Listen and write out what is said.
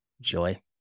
Joy